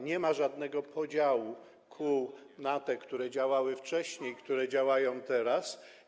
Nie ma żadnego podziału kół na te, które działały wcześniej, i na te, które działają teraz.